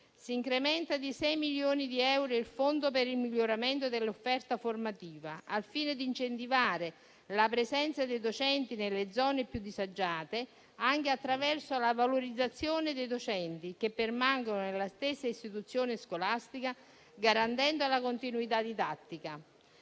Si incrementa di 6 milioni di euro il Fondo per il miglioramento dell'offerta formativa, al fine di incentivare la presenza dei docenti nelle zone più disagiate, anche attraverso la valorizzazione di quelli che permangono nella stessa istituzione scolastica, garantendo la continuità didattica.